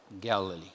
Galilee